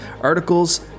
articles